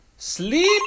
Sleep